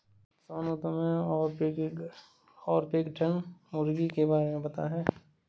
सोनू, तुम्हे ऑर्पिंगटन मुर्गी के बारे में पता है?